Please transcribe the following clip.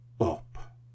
up